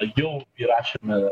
jau įrašėme